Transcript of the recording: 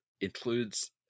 includes